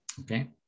Okay